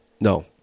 No